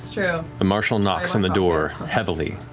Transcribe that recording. so the marshal knocks on the door heavily.